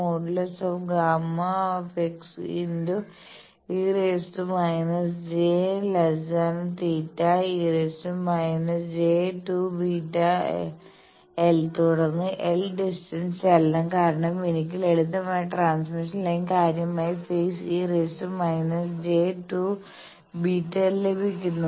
Γ ∣Γ ∣e−j∠θ e− j2 βl തുടർന്ന് l distance ചലനം കാരണം എനിക്ക് ലളിതമായ ട്രാൻസ്മിഷൻ ലൈൻ കാര്യമായ ഫെയ്സ് e− j2 βl ലഭിക്കുന്നു